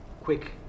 quick